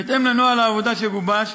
בהתאם לנוהל העבודה שגובש,